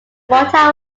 mortar